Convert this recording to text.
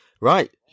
right